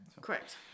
Correct